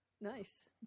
Nice